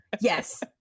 yes